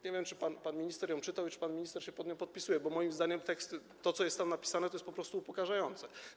Nie wiem, czy pan minister ją czytał i czy pan minister się pod nią podpisuje, bo moim zdaniem to, co jest tam napisane, jest po prostu upokarzające.